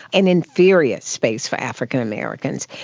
and inferior space for african americans,